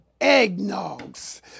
eggnogs